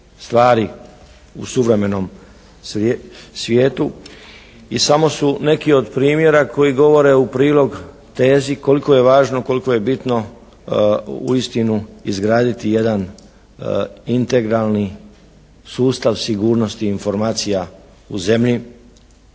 u suvremenom svijetu. I samo su neki od primjera koji govore u prilog tezi koliko je važno, koliko je bitno uistinu izgraditi jedan integralni sustav sigurnosti informacija u zemlji.